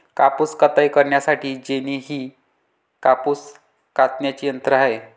कापूस कताई करण्यासाठी जेनी हे कापूस कातण्याचे यंत्र आहे